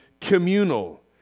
communal